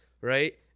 right